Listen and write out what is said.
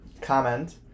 comment